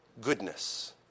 Goodness